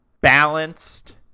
balanced